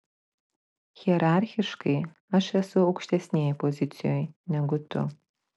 hierarchiškai aš esu aukštesnėj pozicijoj negu tu